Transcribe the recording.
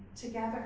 together